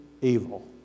evil